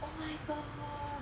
oh my god